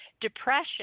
Depression